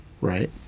Right